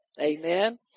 Amen